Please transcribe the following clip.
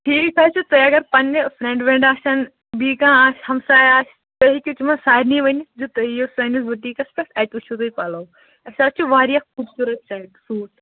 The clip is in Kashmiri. ٹھیٖک حظ چھُ تُہۍ اگر پَنٕنہِ فرٛینٛڈٕ ویٚنٛڈٕ آسان بیٚیہِ کانٛہہ آسہِ ہَمسایہِ آسہِ تُہۍ ہیٚکِو تِمَن سارنٕے ؤنِتھ زِ تُہۍ یِیِو سٲنِس بیٛوٗٹیکَس پیٚٹھ اتہِ وُچھِو تُہۍ پَلو اَسہِ حظ چھُ واریاہ خوٗبصوٗرت سوٗٹ